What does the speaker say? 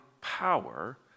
power